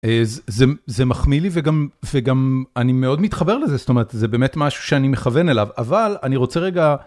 זה מחמיא לי וגם אני מאוד מתחבר לזה זאת אומרת זה באמת משהו שאני מכוון אליו אבל אני רוצה רגע.